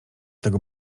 tego